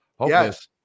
Yes